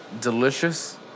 delicious